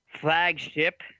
flagship